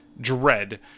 dread